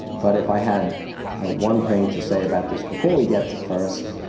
but if i had ah one thing to say about this, before we get to first,